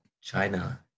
China